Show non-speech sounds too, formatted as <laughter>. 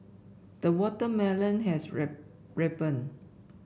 the watermelon has <unintelligible> ripened